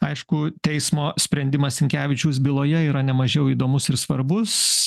aišku teismo sprendimas sinkevičiaus byloje yra nemažiau įdomus ir svarbus